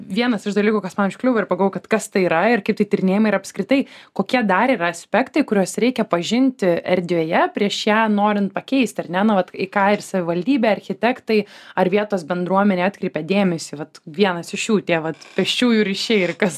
vienas iš dalykų kas man užkliuvo ir pagavau kad kas tai yra ir kaip tai tyrinėjama ir apskritai kokie dar yra aspektai kuriuos reikia pažinti erdvėje prieš ją norint pakeisti ar ne nu vat į ką ir savivaldybė architektai ar vietos bendruomenė atkreipia dėmesį vat vienas iš jų tie vat pėsčiųjų ryšiai ir kas